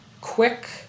quick